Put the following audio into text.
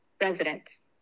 residents